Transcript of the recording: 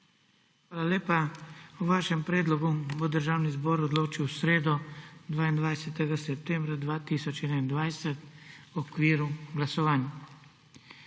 Hvala lepa. O vašem predlogu bo Državni zbor odločil v sredo, 22. septembra 2021, v okviru glasovanj.